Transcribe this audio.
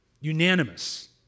Unanimous